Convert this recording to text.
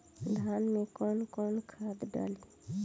धान में कौन कौनखाद डाली?